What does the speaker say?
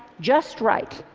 just right.